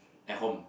at home